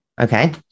okay